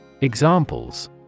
Examples